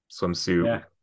swimsuit